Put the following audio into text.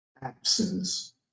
absence